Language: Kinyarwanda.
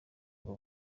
ubwo